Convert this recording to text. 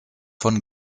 von